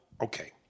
Okay